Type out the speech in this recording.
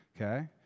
okay